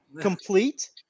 Complete